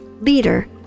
Leader